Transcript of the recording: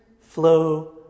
flow